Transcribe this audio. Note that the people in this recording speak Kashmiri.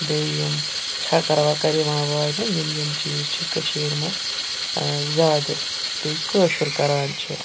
بیٚیہِ یِم چھَکَر وَکَر یِوان واینہٕ یِم یِم چیٖز چھِ کٔشیٖرِ منٛز زیادٕ بیٚیہِ کٲشُر کَران چھِ